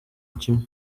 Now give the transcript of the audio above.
kimwe